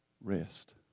rest